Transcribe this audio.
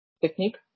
technique